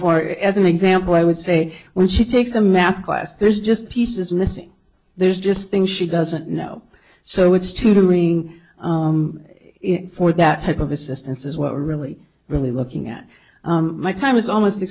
is as an example i would say when she takes a math class there's just pieces missing there's just things she doesn't know so it's tutoring for that type of assistance as well really really looking at my time is almost